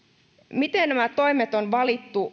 miten nämä toimet on valittu